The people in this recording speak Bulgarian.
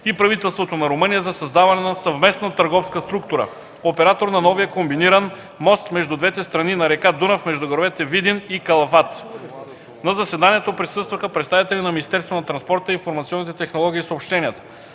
и правителството на Румъния за създаване на съвместна търговска структура – оператор на новия комбиниран (пътен и железопътен) мост между двете страни на река Дунав между градовете Видин и Калафат. На заседанието присъстваха представители на Министерството на транспорта, информационните технологии и съобщенията.